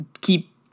keep